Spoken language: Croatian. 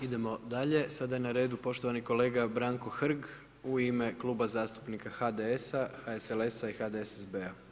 Idemo dalje, sada je na redu poštovani kolega Branko Hrg u ime Kluba zastupnika HDS-a, HSLS-a i HDSSB-a.